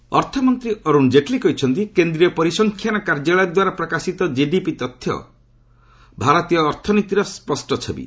Jaitley GDP ଅର୍ଥମନ୍ତ୍ରୀ ଅରୁଣ ଜେଟଲୀ କହିଛନ୍ତି କେନ୍ଦ୍ରୀୟ ପରିସଂଖ୍ୟାନ କାର୍ଯ୍ୟାଳୟ ଦ୍ୱାରା ପ୍ରକାଶିତ କିଡିପି ତଥ୍ୟ ଭାରତୀୟ ଅର୍ଥନୀତିର ସ୍ୱଷ୍ଟ ଛବି